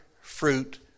fruit